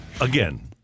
Again